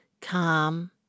Calm